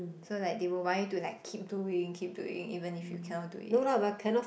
so like they will want you to like keep doing keep doing even if you cannot do it